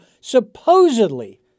supposedly